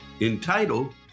entitled